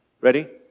Ready